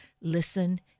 listen